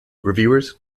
reviewers